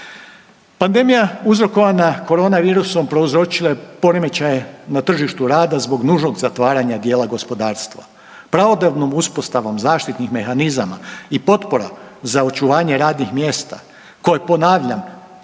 Pandemija uzrokovana korona virusom prouzročila je poremećaje na tržištu rada zbog nužnog zatvaranja dijela gospodarstva. Pravodobnom uspostavom zaštitnih mehanizama i potpora za očuvanje radnih mjesta koje ponavljam,